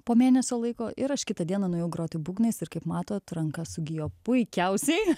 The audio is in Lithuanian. po mėnesio laiko ir aš kitą dieną nuėjau groti būgnais ir kaip matot ranka sugijo puikiausiai